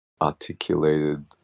articulated